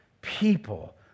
people